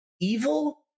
evil